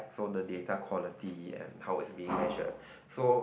so the data quality and how its been measured so